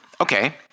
Okay